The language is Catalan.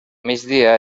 migdia